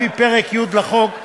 לפי פרק י' לחוק,